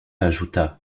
ajouta